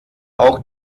auch